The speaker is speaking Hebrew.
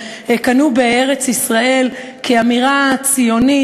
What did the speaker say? שקנו בארץ-ישראל כאמירה ציונית,